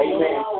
Amen